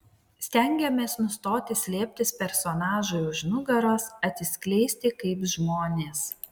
stengiamės nustoti slėptis personažui už nugaros atsiskleisti kaip žmonės